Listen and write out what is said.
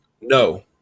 No